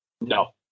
No